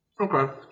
Okay